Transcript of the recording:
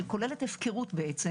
שכוללת הפקרות בעצם,